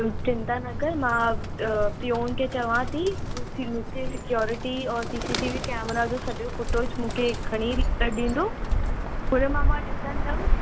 चिंता न करु मां पिओन खे चवां थी हो फिर मूंखे सिक्योरिटी और सी सी टीवी कैमरा जो सॼो फुटेज मूंखे खणी कढंदो हुन मां मां ॾिसंदमि